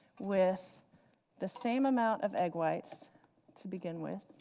with the same amount of egg whites to begin with.